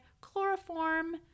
chloroform